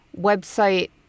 website